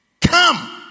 Come